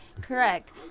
correct